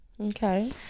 Okay